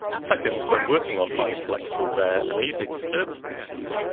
second, when working on highly collectable, rare and easily disturbed species,